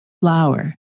Flower